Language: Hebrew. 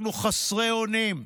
אנחנו חסרי אונים,